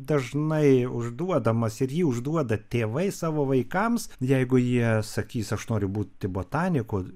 dažnai užduodamas ir jį užduoda tėvai savo vaikams jeigu jie sakys aš noriu būti botaniku